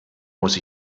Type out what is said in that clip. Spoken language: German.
muss